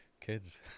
kids